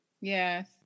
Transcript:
Yes